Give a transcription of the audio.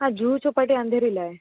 हां जुहू चौपाटी अंधेरीला आहे